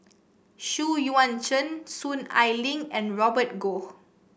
Xu Yuan Zhen Soon Ai Ling and Robert Goh